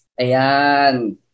Ayan